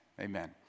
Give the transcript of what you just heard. amen